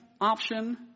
option